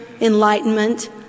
enlightenment